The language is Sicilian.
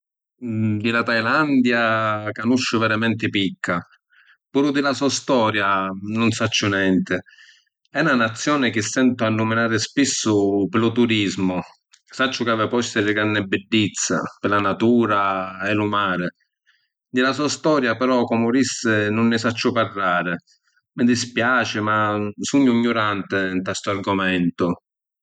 Di la Thailandia, canusciu veramenti picca. Puru di la so’ storia nun sacciu nenti. E’ na nazioni chi sentu annuminari spissu pi lu turismu, sacciu chi havi posti di granni biddizza, pi la natura e lu mari. Di la so’ storia, però, comu dissi nun nni sacciu parrari. Mi dispiaci ma sugnu ‘ngnuranti nta stu argumentu.